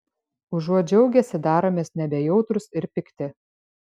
užuot džiaugęsi daromės nebejautrūs ir pikti